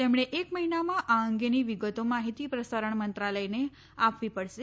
તેમણે એક મહિનામાં આ અંગેની વિગતો માહિતી પ્રસારણ મંત્રાલયને આપવી પડશે